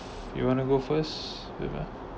you want to go first reina